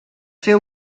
féu